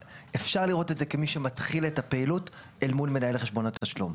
אפשר לראות את זה כמי שמתחיל את הפעילות אל מול מנהל חשבון התשלום.